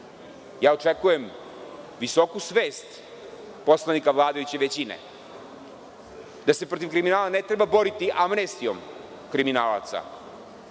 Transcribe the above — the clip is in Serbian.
kriminalci. Očekujem visoku svest poslanika vladajuće većine, da se protiv kriminala ne treba boriti amnestijom kriminalaca,